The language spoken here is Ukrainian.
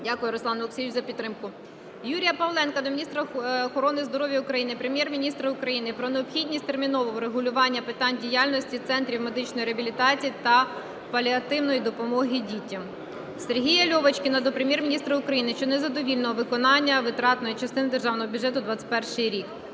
Дякую, Руслан Олексійович, за підтримку. Юрія Павленка до міністра охорони здоров'я України, Прем'єр-міністра України про необхідність термінового врегулювання питань діяльності центрів медичної реабілітації та паліативної допомоги дітям. Сергія Льовочкіна до Прем'єр-міністра України щодо незадовільного виконання витратної частини Державного бюджету – 2021 рік.